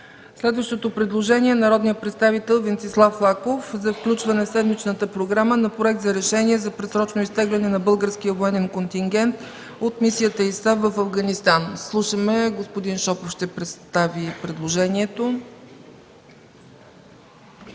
Следващото предложение е на народния представител Венцислав Лаков за включване в седмичната програма на Проект за решение за предсрочно изтегляне на българския военен контингент от мисията ИСАФ в Афганистан. Господин Шопов ще представи предложението.